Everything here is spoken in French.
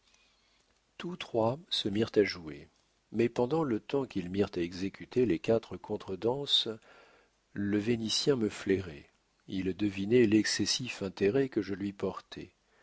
tous trois se mirent à jouer mais pendant le temps qu'ils mirent à exécuter les quatre contredanses le vénitien me flairait il devinait l'excessif intérêt que je lui portais